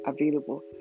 available